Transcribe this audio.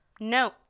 no